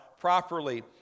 properly